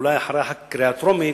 אולי אחרי הקריאה הטרומית,